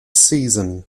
season